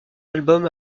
album